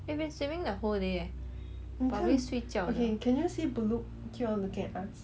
probably 去睡觉了